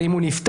זה אם הוא נפטר,